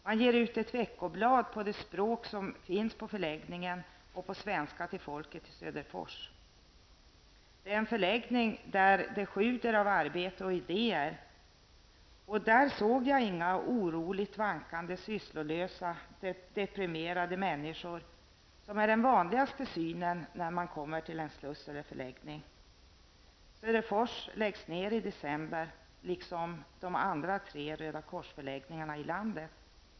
Man ger ut ett veckoblad på de språk som finns representerade på förläggningen och på svenska till folket i Söderfors. Det är en förläggning där det sjuder av arbete och idéer. Där såg jag inga oroligt vankande, sysslolösa och deprimerade människor, som är den vanligaste synen när man kommer till en sluss eller förläggning. Söderfors förläggning läggs ned i december, liksom de andra tre Röda korsförläggningarna i landet.